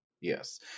Yes